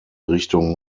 richtung